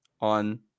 on